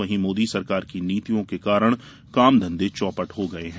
वहीं मोदी सरकार की नीतियों के कारण काम धंधे चौपट हो गए हैं